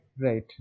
Right